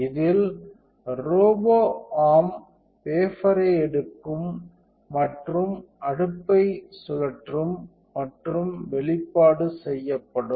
இதில் robot arm wafer ஐ எடுக்கும் மற்றும் அடுப்பை சுழற்றும் மற்றும் வெளிப்பாடு செய்யப்படும்